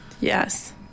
Yes